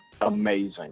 amazing